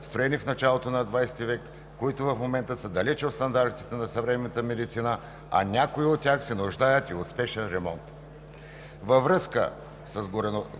строени в началото на ХХ век, които в момента са далече от стандартите на съвременната медицина, а някои от тях се нуждаят и от спешен ремонт. Във връзка с гореизложеното,